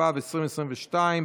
התשפ"ב 2022,